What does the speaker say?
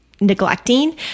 neglecting